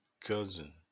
cousin